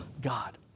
God